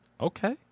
Okay